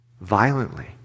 violently